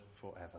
forever